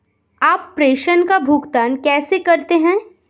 आप प्रेषण का भुगतान कैसे करते हैं?